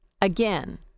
again